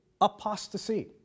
apostasy